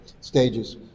stages